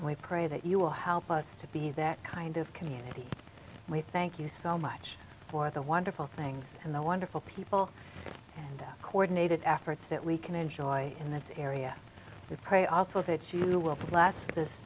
we pray that you will help us to be that kind of community we thank you so much for the wonderful things and the wonderful people and coordinated efforts that we can enjoy in this area to pray also that you will last